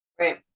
Right